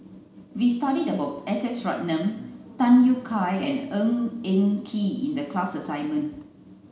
we studied about S S Ratnam Tham Yui Kai and Ng Eng Kee in the class assignment